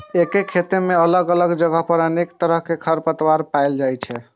एके खेत मे अलग अलग जगह पर अनेक तरहक खरपतवार पाएल जाइ छै